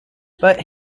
but